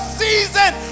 season